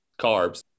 carbs